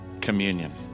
Communion